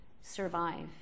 survive